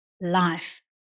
life